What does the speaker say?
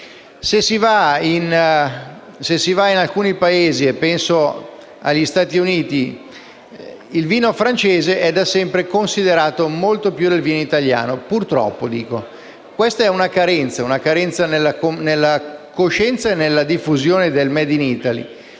Italy*. In alcuni Paesi - penso agli Stati Uniti - il vino francese è da sempre considerato molto più del vino italiano, purtroppo; questa è una carenza nella coscienza e nella diffusione del *made in Italy*.